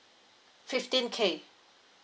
fifteen K